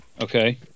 Okay